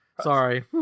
Sorry